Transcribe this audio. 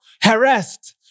harassed